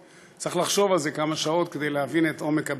צריך לחשוב על זה כמה שעות כדי להבין את עומק הביטוי.